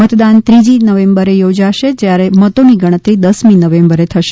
મતદાન ત્રીજી નવેમ્બરે યોજાનાર છે જયારે મતોની ગણતરી દસમી નવેમ્બરે થશે